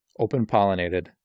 open-pollinated